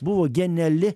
buvo geniali